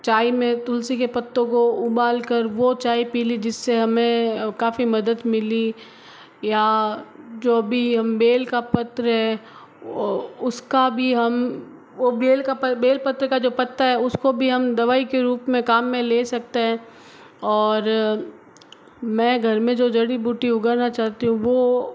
चाई में तुलसी के पत्तों को उबालकर वो चाई पी ली जिससे हमें काफी मदद मिली या जो भी हम बेल का पत्र है उसका भी हम ओ बेल का बेल पत्र का जो पत्ता है उसको भी हम दवाई के रूप में काम में ले सकते हैं और मैं घर में जो जड़ी बूटी उगाना चाहती हूँ वो